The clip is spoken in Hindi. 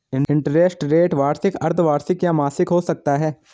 इंटरेस्ट रेट वार्षिक, अर्द्धवार्षिक या मासिक हो सकता है